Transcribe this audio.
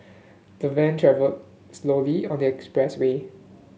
the van travelled slowly on the expressway